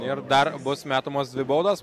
ir dar bus metamos dvi baudos o